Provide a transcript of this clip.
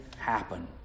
happen